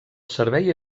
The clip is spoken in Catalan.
servei